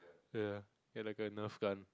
ya it like a nerf gun